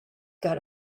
get